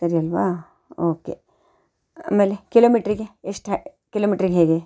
ಸರಿ ಅಲ್ಲವಾ ಓಕೆ ಆಮೇಲೆ ಕಿಲೋಮೀಟ್ರಿಗೆ ಎಷ್ಟು ಹ ಕಿಲೋಮೀಟ್ರಿಗೆ ಹೇಗೆ